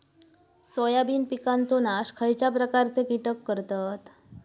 Soybean पिकांचो नाश खयच्या प्रकारचे कीटक करतत?